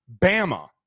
Bama